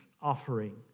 offering